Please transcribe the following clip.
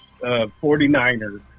49ers